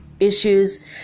issues